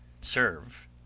Serve